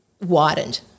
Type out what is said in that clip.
widened